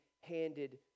handed